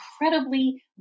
incredibly